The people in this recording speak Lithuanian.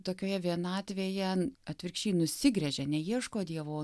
tokioje vienatvėje atvirkščiai nusigręžia neieško dievo